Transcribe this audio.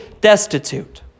destitute